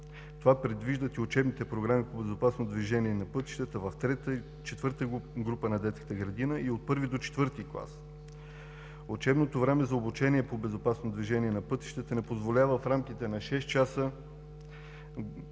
Това предвиждат и учебните програми по „Безопасно движение на пътищата“ – в III и IV група на детската градина и от I до IV клас. Учебното време за обучение по „Безопасно движение на пътищата“ не позволява в рамките на шест часа